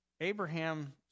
Abraham